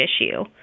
issue